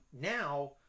Now